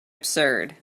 absurd